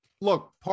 Look